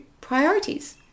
priorities